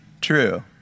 True